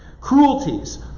Cruelties